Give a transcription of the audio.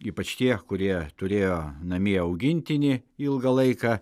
ypač tie kurie turėjo namie augintinį ilgą laiką